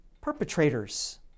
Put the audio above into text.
perpetrators